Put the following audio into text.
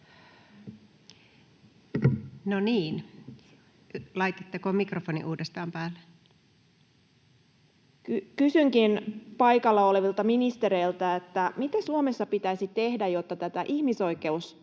Kysynkin... [Puhujan mikrofoni sulkeutuu] Kysynkin paikalla olevilta ministereiltä: mitä Suomessa pitäisi tehdä, jotta tätä ihmisoikeusnäkökulmaa